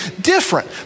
different